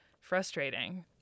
frustrating